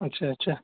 اچھا اچھا